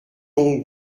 donc